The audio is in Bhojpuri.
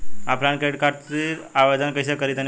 ऑफलाइन क्रेडिट कार्ड खातिर आवेदन कइसे करि तनि बताई?